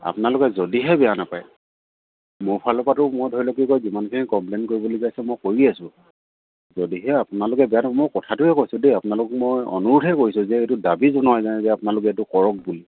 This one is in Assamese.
আপোনালোকে যদিহে বেয়া নাপায় মোৰ ফালৰ পৰাতো মই ধৰি লওক কি কয় যিমানখিনি কমপ্লেইন কৰিবলগীয়া আছে মই কৰি আছোঁ যদিহে আপোনালোকে বেয়া মই কথাটোহে কৈছোঁ দেই আপোনালোক মই অনুৰোধ হে কৰিছোঁ যে এইটো দাবি জনোৱা নাই যে আপোনালোকে এইটো কৰক বুলি